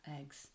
eggs